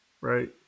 right